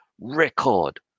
record